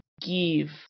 give